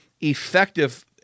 Effective